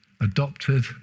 adopted